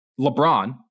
LeBron